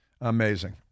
Amazing